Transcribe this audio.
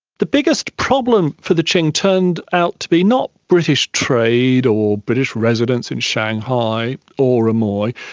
the biggest problem for the qing turned out to be not british trade or british residents in shanghai or amoy,